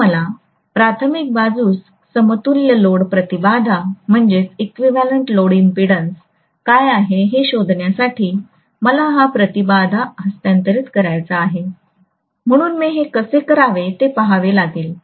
तर मला प्राथमिक बाजूस समतुल्य लोड प्रतिबाधा काय आहे हे शोधण्यासाठी मला हा प्रतिबाधा हस्तांतरित करायचा आहे म्हणून मी हे कसे करावे ते पहावे लागेल